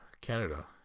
Canada